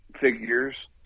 figures